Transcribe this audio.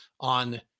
on